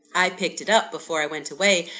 i picked it up before i went away,